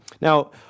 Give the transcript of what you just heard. Now